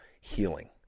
healing